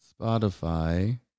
Spotify